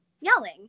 yelling